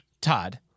Todd